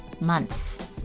months